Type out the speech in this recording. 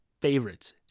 favorites